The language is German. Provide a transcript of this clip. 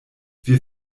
wir